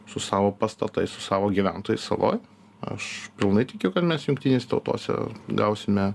su savo pastatais su savo gyventojais saloj aš pilnai tikiu kad mes jungtinėse tautose gausime